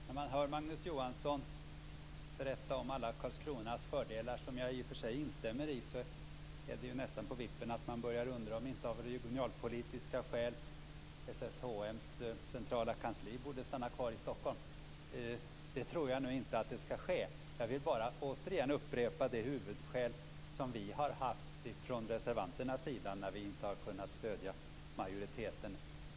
Herr talman! När man hör Magnus Johansson berätta om alla Karlskronas fördelar, som jag i och för sig instämmer i, är det nästan på vippen att man börjar undra om inte SSHM:s centrala kansli av regionalpolitiska skäl borde stanna kvar i Stockholm. Det tror jag nu inte skall ske. Jag vill bara återigen upprepa det huvudskäl som reservanterna har haft när vi inte har kunnat stödja majoriteten.